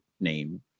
name